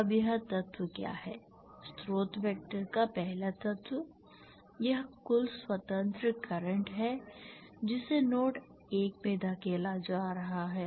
अब यह तत्व क्या है स्रोत वेक्टर का पहला तत्व यह कुल स्वतंत्र करंट है जिसे नोड 1 में धकेला जा रहा है